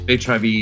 HIV